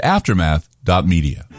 Aftermath.media